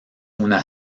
una